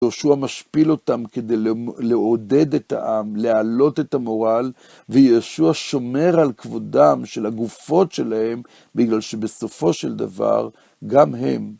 יהושע משפיל אותם כדי לעודד את העם, להעלות את המורל, ויהושע שומר על כבודם של הגופות שלהם, בגלל שבסופו של דבר גם הם.